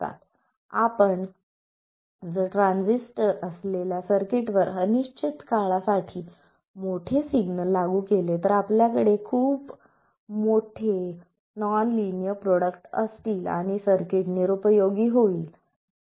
जर आपण ट्रांझिस्टर असलेल्या सर्किटवर अनिश्चित काळासाठी मोठे सिग्नल लागू केले तर आपल्याकडे खूप मोठे नॉन लिनियर प्रॉडक्ट असतील आणि सर्किट निरुपयोगी होईल